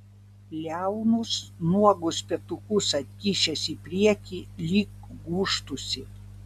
liaunus nuogus petukus atkišęs į priekį lyg gūžtųsi